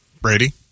Brady